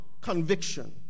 conviction